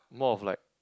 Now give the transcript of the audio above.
more of like